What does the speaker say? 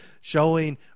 showing